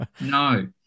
No